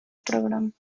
program